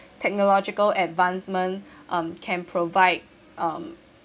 technological advancement um can provide um